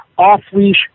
off-leash